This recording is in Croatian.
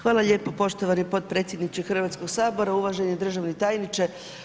Hvala lijepa poštovani potpredsjedniče Hrvatskog sabora, uvaženi državni tajniče.